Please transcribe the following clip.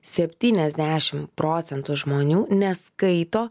septyniasdešim procentų žmonių neskaito